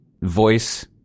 voice